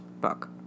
book